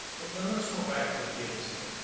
well then let's go back to the incident.